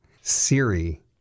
Siri